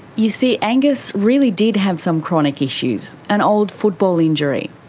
you see, angus really did have some chronic issues, an old football injury.